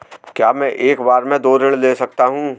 क्या मैं एक बार में दो ऋण ले सकता हूँ?